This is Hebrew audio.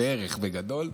בערך, בגדול.